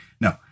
No